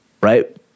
Right